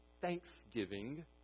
thanksgiving